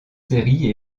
séries